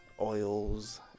oils